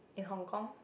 in Hong-Kong